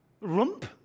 rump